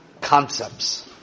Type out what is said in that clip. concepts